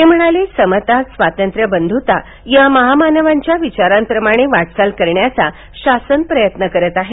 ते म्हणाले समता स्वातंत्र्य बंधुता या महामानवांच्या विचारांप्रमाणे वाटचाल करण्याचा शासन प्रयत्न करीत आहे